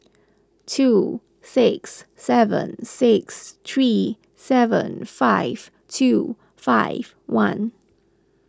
two six seven six three seven five two five one